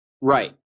Right